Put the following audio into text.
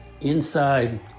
Inside